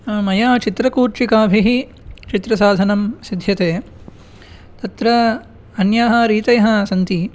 मया चित्रकूर्चिकाभिः चित्रसाधनं सिध्यते तत्र अन्याः रीतयः सन्ति